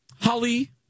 Holly